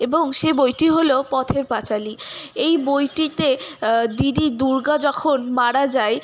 এবং সে বইটি হলো পথের পাঁচালী এই বইটিতে দিদি দুর্গা যখন মারা যায়